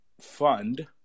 fund